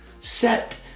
set